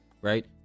right